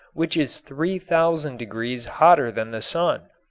which is three thousand degrees hotter than the sun.